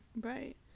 right